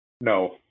No